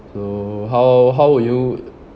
so how how would you